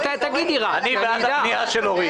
אני בעד הפנייה של אורית.